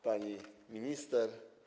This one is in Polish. Pani Minister!